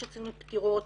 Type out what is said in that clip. יש אצלנו פטירות,